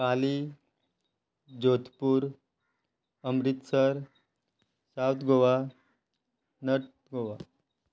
Pali Jodhpur Amritsar south Goa north Goa